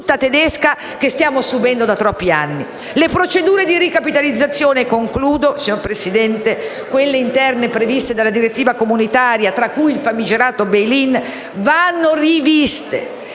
tutta tedesca, che stiamo subendo da troppi anni. Le procedure di ricapitalizzazione, quelle interne previste dalla direttiva comunitaria, tra cui il famigerato *bail in,* vanno riviste,